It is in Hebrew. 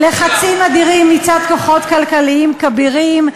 לחצים אדירים מצד כוחות כלכליים כבירים,